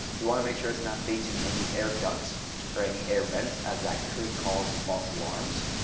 you want to make sure it's not facing any air ducts or any air vents, as that could cause false alarms.